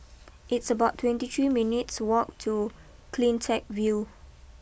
it's about twenty three minutes walk to Cleantech view